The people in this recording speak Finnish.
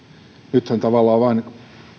nythän tavallaan